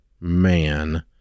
man